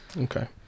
Okay